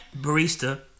barista